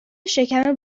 شکم